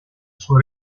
sua